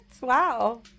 Wow